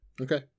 Okay